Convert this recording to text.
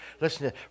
Listen